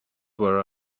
where